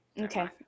Okay